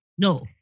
no